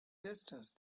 distance